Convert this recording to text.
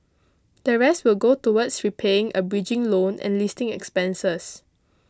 the rest will go towards repaying a bridging loan and listing expenses